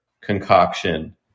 concoction